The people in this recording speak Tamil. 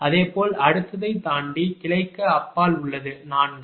அதேபோல அடுத்ததைத் தாண்டி கிளைக்கு அப்பால் உள்ளது 4